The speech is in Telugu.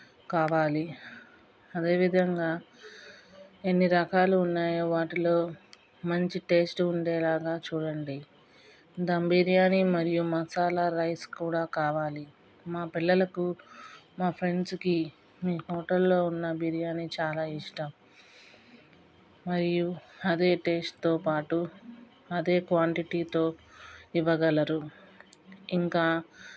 కావాలి అదేవిధంగా ఎన్ని రకాలు ఉన్నాయో వాటిలో మంచి టేస్ట్ ఉండేలాగా చూడండి దమ్ బిర్యానీ మరియు మసాలా రైస్ కూడా కావాలి మా పిల్లలకు మా ఫ్రెండ్స్కి మీ హోటల్లో ఉన్న బిర్యాని చాలా ఇష్టం మరియు అదే టెస్ట్తో పాటు అదే క్వాంటిటీతో ఇవ్వగలరు ఇంకా